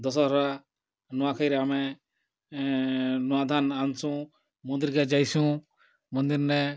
ଦଶହରା ନୂଆଖାଇଁରେ ଆମେ ନୂଆ ଧାନ ଆନ୍ସୁ ମନ୍ଦିର୍କେ ଯାଇସୁଁ ମନ୍ଦିର୍ନେ